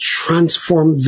transform